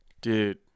Dude